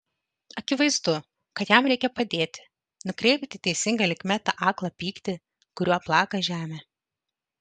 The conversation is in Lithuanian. akivaizdu kad jam reikia padėti nukreipti teisinga linkme tą aklą pyktį kuriuo plaka žemę